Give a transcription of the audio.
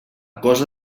cosa